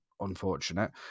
unfortunate